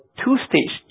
two-stage